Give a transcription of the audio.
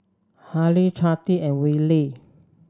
Hailee Cathi and Willy